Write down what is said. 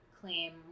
claim